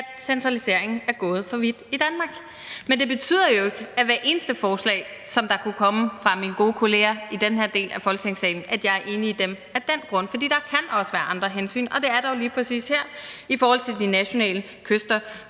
at centraliseringen er gået for vidt i Danmark. Men det betyder jo ikke, at jeg af den grund er enig i hver eneste forslag, som der kunne komme fra mine gode kolleger i den her del af Folketingssalen, for der kan også være andre hensyn, og det er der jo lige præcis her i forhold til de nationale kyster.